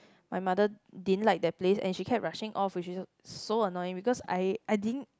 my mother didn't like that place and she kept rushing off which is so annoying because I I didn't